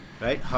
Right